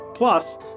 Plus